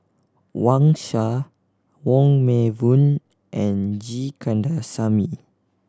Wang Sha Wong Meng Voon and G Kandasamy